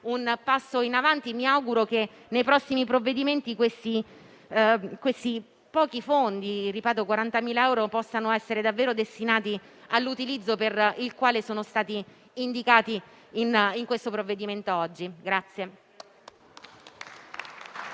un passo in avanti. Mi auguro che nei prossimi provvedimenti questi pochi fondi - ripeto, si tratta di 40.000 euro - possano essere davvero destinati all'utilizzo per il quale sono stati indicati oggi nel provvedimento in